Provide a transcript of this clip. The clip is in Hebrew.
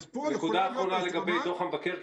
נקודה האחרונה לגבי דוח מבקר,